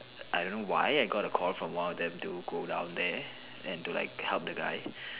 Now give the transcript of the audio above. I don't know why I got a call from one of them to go down there and to like help the guy